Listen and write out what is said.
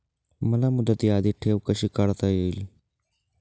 मला मुदती आधी ठेव कशी काढता येईल?